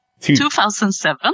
2007